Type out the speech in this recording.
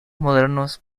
modernos